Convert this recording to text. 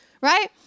right